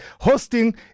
hosting